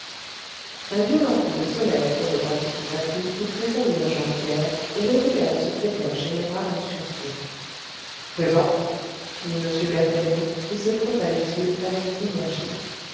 un violent coup de sonnette qui retentit tout à coup fit tressaillir jean pierre et réveilla le secrétaire général en sursaut présent dit m berthellemot qui se frotta les yeux avec énergie